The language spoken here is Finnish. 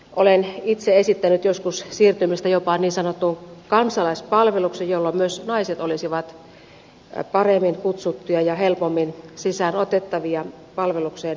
olen itse esittänyt joskus siirtymistä jopa niin sanottuun kansalaispalvelukseen jolloin myös naiset olisivat paremmin kutsuttuja ja helpommin sisään otettavia palvelukseen isänmaan hyväksi